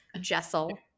Jessel